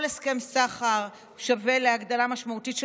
כל הסכם סחר שווה הגדלה משמעותית של